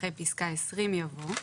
אחרי פסקה (20) יבוא: